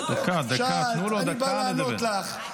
תשמעי טוב, שאלת, אני בא לענות לך.